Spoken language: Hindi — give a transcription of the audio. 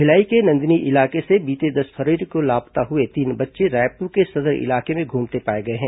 भिलाई के नंदिनी इलाके से बीते दस फरवरी को लापता हुए तीन बच्चे रायपुर के सदर इलाके में घूमते पाए गए हैं